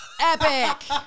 Epic